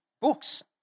books